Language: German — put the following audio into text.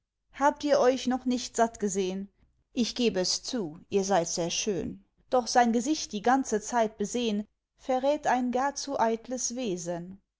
habt ihr euch noch nicht satt gesehn ich geh es zu ihr seid sehr schön doch sein gesicht die ganze zeit besehn verrät ein gar zu eitles wesen